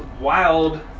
wild